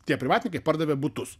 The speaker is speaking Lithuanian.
tie privatininkai pardavė butus